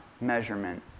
measurement